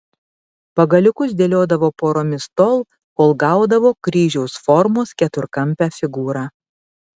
pagaliukus dėliodavo poromis tol kol gaudavo kryžiaus formos keturkampę figūrą